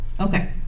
Okay